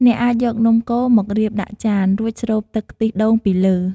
អ្នកអាចយកនំកូរមករៀបដាក់ចាន រួចស្រូបទឹកខ្ទិះដូងពីលើ។